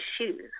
shoes